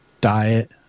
diet